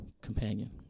companion